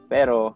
Pero